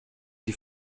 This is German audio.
die